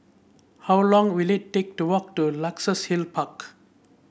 how long will it take to walk to Luxus Hill Park